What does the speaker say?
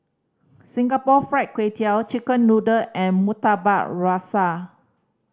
Singapore Fried Kway Tiao chicken noodle and Murtabak Rusa